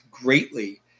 greatly